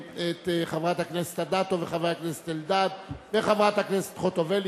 חברת הכנסת אדטו וחבר הכנסת אלדד וחברת הכנסת חוטובלי,